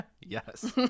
Yes